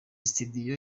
studio